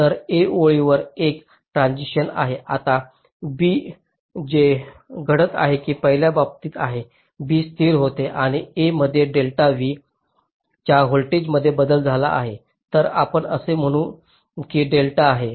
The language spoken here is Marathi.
तर A ओळीवर एक ट्रान्सिशन आहे आता B जे घडत आहे ते पहिल्या बाबतीत आहे B स्थिर होते आणि A मध्ये डेल्टा V च्या व्होल्टेजमध्ये बदल झाला आहे तर आपण असे म्हणू की डेल्टा आहे